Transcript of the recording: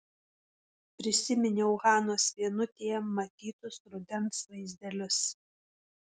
prisiminiau hanos vienutėje matytus rudens vaizdelius